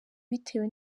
bitewe